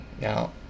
now